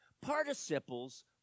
Participles